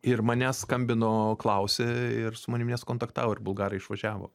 ir manęs skambino klausė ir su manim nesukontaktavo ir bulgarai išvažiavo